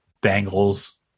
bangles